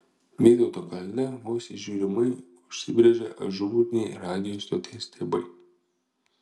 vytauto kalne vos įžiūrimai užsibrėžė ažūriniai radijo stoties stiebai